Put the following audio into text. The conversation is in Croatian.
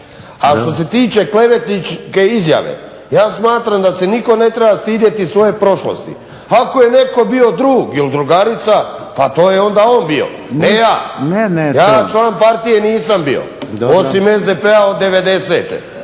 A što se tiče klevetničke izjave, ja smatram da se nitko ne treba stidjeti svoje prošlosti. Ako je netko bio drug ili drugarica pa to je onda on bio, ne ja. Ja član partije nisam bio osim SDP-a od